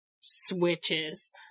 switches